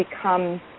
become